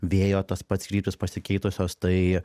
vėjo tas pats kryptys pasikeitusios tai